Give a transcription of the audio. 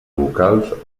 vocals